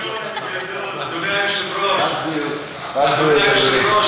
אדוני היושב-ראש,